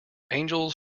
angels